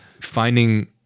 finding